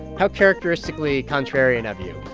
how characteristically contrarian of you,